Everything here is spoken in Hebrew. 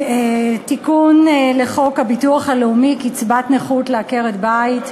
תיקון לחוק הביטוח הלאומי, קצבת נכות לעקרת-בית,